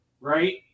right